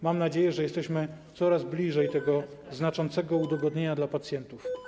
Mam nadzieję, że jesteśmy coraz bliżej tego znaczącego udogodnienia dla pacjentów.